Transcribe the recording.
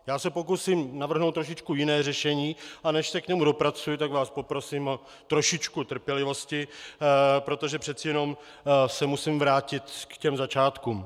Já se pokusím navrhnout trošičku jiné řešení, a než se k němu dopracuji, tak vás poprosím o trošičku trpělivosti, protože přece jenom se musím vrátit k začátkům.